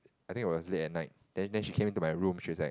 I think it was late at night then then she came into my room she's like